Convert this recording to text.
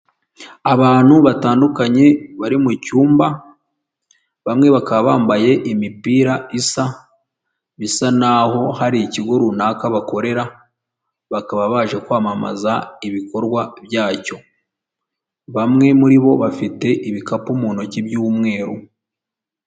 Abantu batandukanye bari mu cyumba, bamwe bakaba bambaye imipira isa bisa naho hari ikigo runaka bakorera bakaba baje kwamamaza ibikorwa byacyo, bamwe muri bo bafite ibikapu mu ntoki by'umweru.